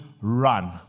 run